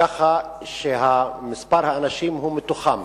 כך שמספר האנשים הוא מתוכם,